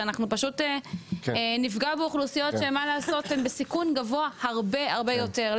אנחנו פשוט נפגע באוכלוסיות שהן בסיכון גבוה הרבה יותר,